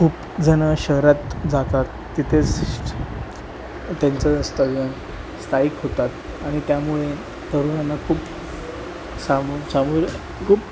खूप जण शहरात जातात तिथेच त्यांचं स्थगि स्थायिक होतात आणि त्यामुळे तरुणांना खूप सामो समोर खूप